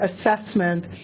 assessment